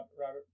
Robert